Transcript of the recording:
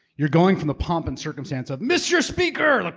you're going from the pomp and circumstance of mr. speaker, like